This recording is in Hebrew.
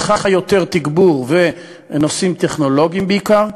היא צריכה יותר תגבור בנושאים טכנולוגיים בעיקר,